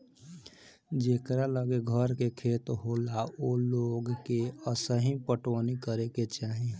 जेकरा लगे घर के खेत होला ओ लोग के असही पटवनी करे के चाही